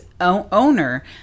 owner